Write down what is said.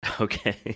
Okay